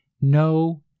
no